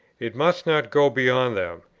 it must not go beyond them,